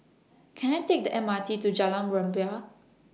Can I Take The M R T to Jalan Rumbia